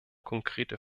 konkrete